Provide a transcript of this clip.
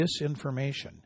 disinformation